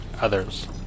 others